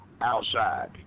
outside